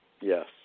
Yes